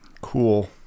cool